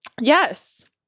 Yes